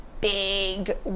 big